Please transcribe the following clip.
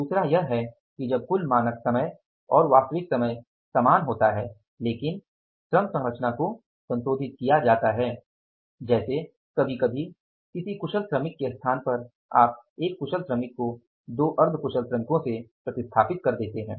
दूसरा यह है कि जब कुल मानक समय और वास्तविक समय समान होता है लेकिन श्रम संरचना को संशोधित किया जाता है जैसे कभी कभी किसी कुशल श्रमिक के स्थान पर आप 1 कुशल श्रमिक को 2 अर्ध कुशल श्रमिकों से बदल देते हैं